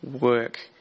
work